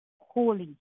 holy